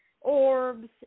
orbs